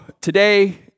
today